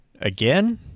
again